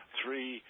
three